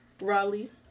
Raleigh